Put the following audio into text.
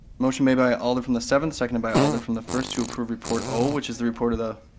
motion made by alder from the seventh, second by alder from the first to approve report o, which is the report of the.